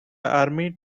army